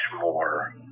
more